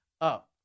up